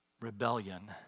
rebellion